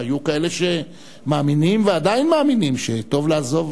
היו כאלה שמאמינים ועדיין מאמינים שטוב לעזוב,